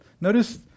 notice